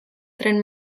tren